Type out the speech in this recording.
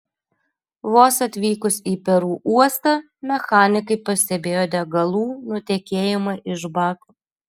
vos atvykus į peru uostą mechanikai pastebėjo degalų nutekėjimą iš bako